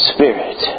Spirit